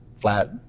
flat